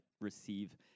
receive